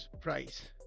price